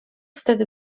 wtedy